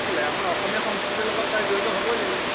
কেলে আমাৰ অসমীয়া সংস্কৃতিৰ লগত তাই জড়িত হ'বই লাগিব